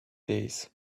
days